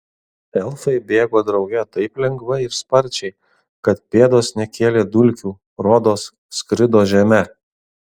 elfai bėgo drauge taip lengvai ir sparčiai kad pėdos nekėlė dulkių rodos skrido žeme